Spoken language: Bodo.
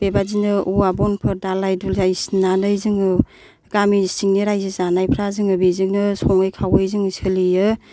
बेबायदिनो औवा बनफोर दालाय दुलाय सिननानै जोङो गामि सिंनि रायजो जानायफ्रा जोङो बेजोंनो सङै खावै जों सोलियो